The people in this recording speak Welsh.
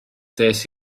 des